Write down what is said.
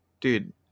Dude